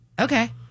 Okay